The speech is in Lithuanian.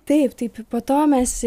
taip tai po to mes